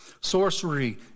Sorcery